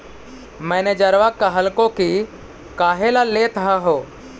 मैनेजरवा कहलको कि काहेला लेथ हहो?